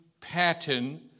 pattern